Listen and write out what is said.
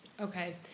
Okay